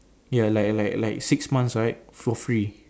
ya like like like six months right for free